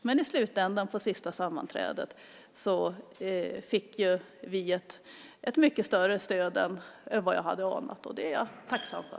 Men i slutändan, på det sista sammanträdet, fick vi ett mycket större stöd än vad jag hade anat, och det är jag tacksam för.